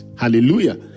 Hallelujah